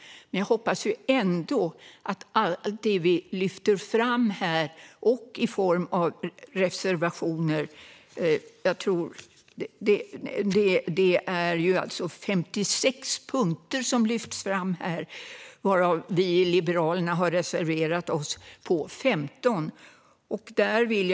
Det är 56 punkter som lyfts fram här, varav vi i Liberalerna har reserverat oss i fråga om 15.